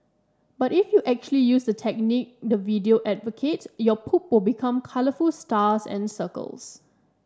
but if you actually use the technique the video advocates your poop will become colourful stars and circles